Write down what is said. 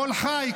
קול חי,